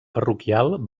parroquial